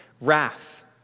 wrath